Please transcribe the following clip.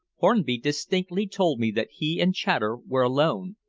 hornby distinctly told me that he and chater were alone,